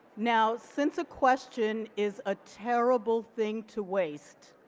now since a question is a terrible thing to waste